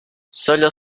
solo